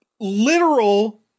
literal